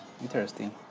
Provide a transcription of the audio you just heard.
Interesting